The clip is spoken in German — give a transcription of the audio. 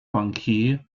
bankier